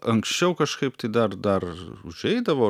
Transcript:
anksčiau kažkaip tai dar dar užeidavo